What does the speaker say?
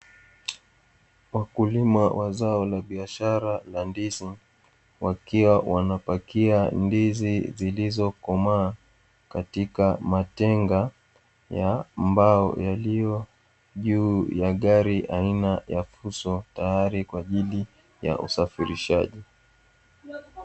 Wakulima wa zao la biashara la ndizi, wakiwa wanapakia ndizi zilizokomaa katika matenga ya mbao yaliyojuu ya gari aina ya fuso, tayari kwa ajili ya usafirishaji.